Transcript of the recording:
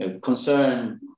concern